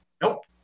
Nope